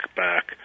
back